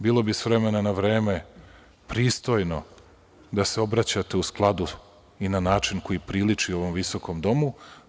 Bilo bi s vremena na vreme pristojno da se obraćate u skladu i na način koji priliči ovom visokom domu.